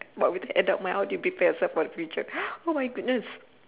but with adult mind how do you prepare yourself for the future oh my goodness